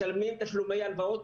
משלמים תשלומי הלוואות,